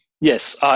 Yes